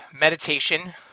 meditation